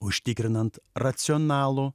užtikrinant racionalų